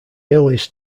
earliest